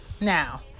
Now